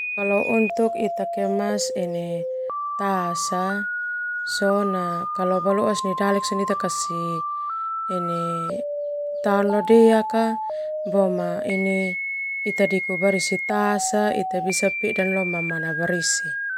Untuk ita kemas tas sona baloas nai dalek sona ita taon lo deak ka boma ita diku barisi tas peda lo mamana barisi.